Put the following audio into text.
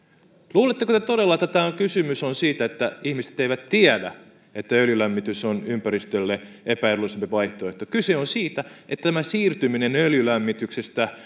luuletteko te todella että kysymys on siitä että ihmiset eivät tiedä että öljylämmitys on ympäristölle epäedullisempi vaihtoehto kyse on siitä että tämä siirtyminen öljylämmityksestä